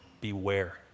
beware